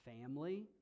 family